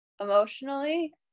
Emotionally